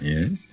Yes